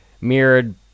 mirrored